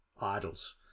idols